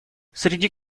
среди